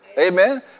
Amen